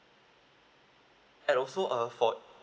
and also uh for